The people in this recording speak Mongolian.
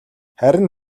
харин